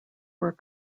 were